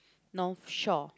North Shore